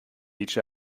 each